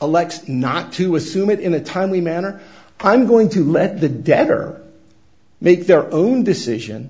elect not to assume it in a timely manner i'm going to let the debtor make their own decision